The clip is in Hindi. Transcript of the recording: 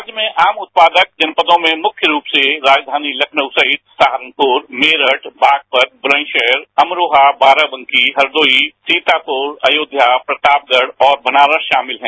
राज्य में आम उत्पादक जनपदों में मुख्य रूप से राजधानी लखनऊ सहित सहारनपुर मेरठ बागपत बुलंदशहर अमरोहा बाराबंकी हरदोई सीतापुर अयोध्या प्रतापगढ़ और बनारस शामिल हैं